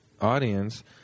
audience